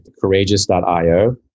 courageous.io